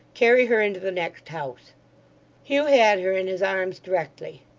carry her into the next house hugh had her in his arms directly.